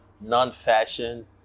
non-fashion